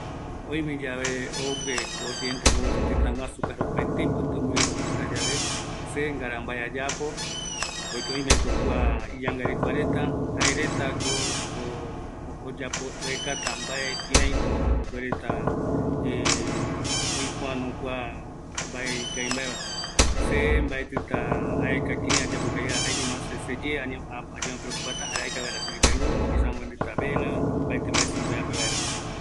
﻿Oime yave ogue mopeti korriente mopeti tëtaguasupe, jare opaetei pitumimbi opitayave, se ngara mbae ayapo, porque oimeko kua iyangarekoa reta, jaerata oyap, oekata mbae, kiraipo ipuereta oipoano kua mbae ikavi mbae va, se mbaetita aeka kirai ayapo kavi vaera, jaeñoma se seye äpo ayembo preokupata, jare aeka vaera, seyeipe luz kiza amoendita vela, opaete mbae semboejape vaera